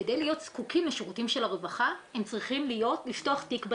כדי להיות זקוקים לשירותים של הרווחה הם צריכים לפתוח תיק בלשכה,